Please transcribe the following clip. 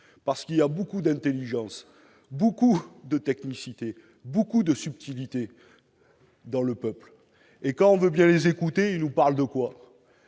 parce qu'il y a beaucoup d'intelligence, beaucoup de technicité et beaucoup de subtilité dans le peuple. Quand on veut bien les écouter, ils nous parlent de justice